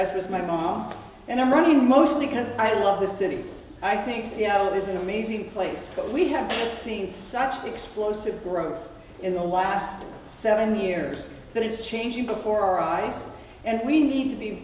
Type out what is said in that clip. is my home and i'm running mostly because i love the city i think seattle is an amazing place but we have seen such explosive growth in the last seven years but it's changing before our eyes and we need to be